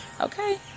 Okay